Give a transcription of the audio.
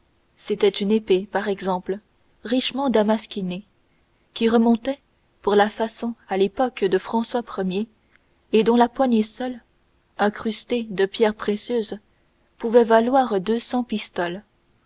c'était une épée par exemple richement damasquinée qui remontait pour la façon à l'époque de françois ier et dont la poignée seule incrustée de pierres précieuses pouvait valoir deux cents pistoles